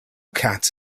cats